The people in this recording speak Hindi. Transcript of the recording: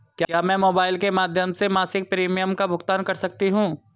क्या मैं मोबाइल के माध्यम से मासिक प्रिमियम का भुगतान कर सकती हूँ?